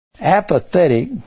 Apathetic